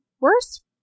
worse